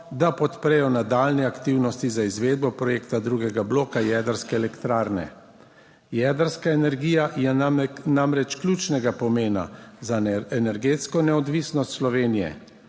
da podprejo nadaljnje aktivnosti za izvedbo projekta drugega bloka jedrske elektrarne. Jedrska energija je namreč ključnega pomena za energetsko neodvisnost Slovenije.